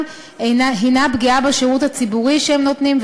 היא פגיעה בשירות הציבורי שהם נותנים,